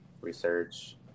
research